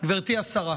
גברתי השרה.